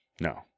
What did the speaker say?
no